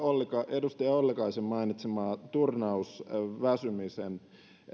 edustaja ollikaisen mainitsemaa turnausväsymisen